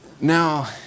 Now